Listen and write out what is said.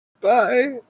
Bye